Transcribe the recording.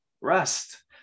rest